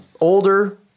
older